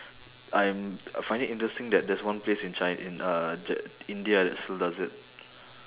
I'm I find it interesting that there's one place in chi~ in uh in india that still does it